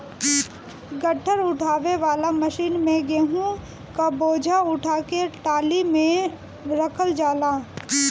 गट्ठर उठावे वाला मशीन से गेंहू क बोझा उठा के टाली में रखल जाला